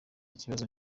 kibazo